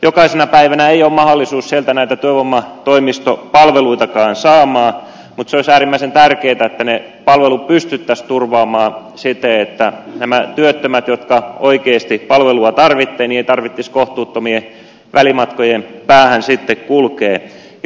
jokaisena päivänä ei ole mahdollisuutta sieltä näitä työvoimatoimistopalveluitakaan saada mutta se olisi äärimmäisen tärkeätä että ne palvelut pystyttäisiin turvaamaan siten että nämä työttömät jotka oikeasti palvelua tarvitsevat eivät joutuisi kohtuuttomien välimatkojen päähän kulkemaan